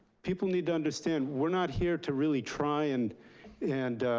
people need to understand we're not here to really try and and